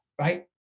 right